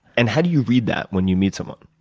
and how do you read that when you meet someone?